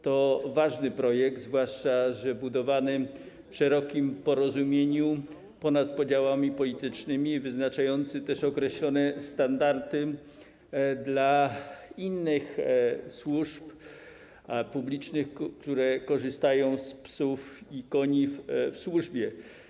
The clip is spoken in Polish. To ważny projekt, zwłaszcza że budowany w szerokim porozumieniu, ponad podziałami politycznymi, wyznaczający też określone standardy dla innych służb publicznych, które wykorzystują psy i konie na potrzeby służby.